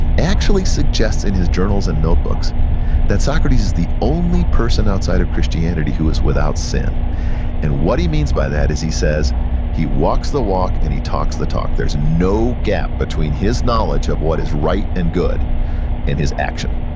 actually suggests in his journals and notebooks that socrates is the only person outside of christianity who is without sin and what he means by that is he says he walks the walk, and he talks the talk. there's no gap between his knowledge of what is right and good in his action,